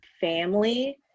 family